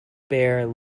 bare